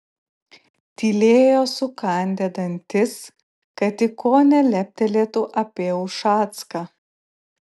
tylėjo sukandę dantis kad tik ko neleptelėtų apie ušacką